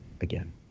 again